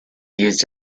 used